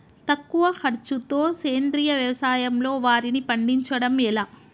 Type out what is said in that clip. తక్కువ ఖర్చుతో సేంద్రీయ వ్యవసాయంలో వారిని పండించడం ఎలా?